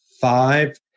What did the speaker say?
five